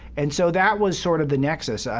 and so that was sort of the nexus. ah